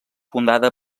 fundada